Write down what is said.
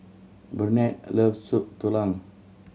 Burnett loves Soup Tulang